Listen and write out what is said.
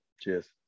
Cheers